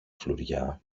φλουριά